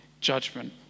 judgment